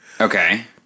Okay